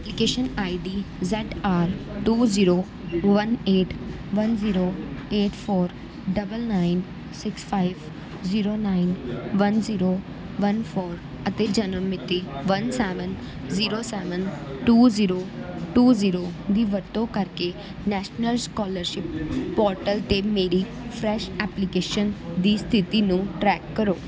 application I D Z R two zero one eight one zero eight four double nine six five zero nine one zero one four ਅਤੇ ਜਨਮ ਮਿਤੀ one seven zero seven two zero two zero ਦੀ ਵਰਤੋਂ ਕਰਕੇ national scholarship portal 'ਤੇ ਮੇਰੀ fresh application ਦੀ ਸਥਿਤੀ ਨੂੰ ਟਰੈਕ ਕਰੋ